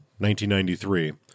1993